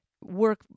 work